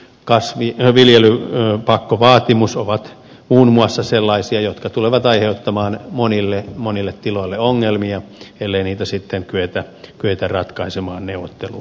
kyntökielto ja kolmen kasvin viljelypakko vaatimus ovat muun muassa sellaisia jotka tulevat aiheuttamaan monille monille tiloille ongelmia ellei niitä kyetä ratkaisemaan neuvotteluvaiheessa